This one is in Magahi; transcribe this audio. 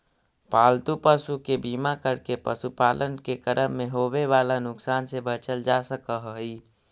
पालतू पशु के बीमा करके पशुपालन के क्रम में होवे वाला नुकसान से बचल जा सकऽ हई